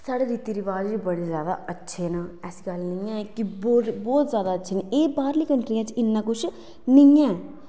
नुहाड़े रीति रवाज़ बी बड़े अच्छे न ऐसी गल्ल निं ऐ की बहोत जादा अच्छे न बाहरलियें कंट्रियें च इन्ना कुछ निं ऐ